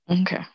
Okay